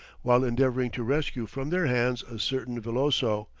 while endeavouring to rescue from their hands a certain velloso,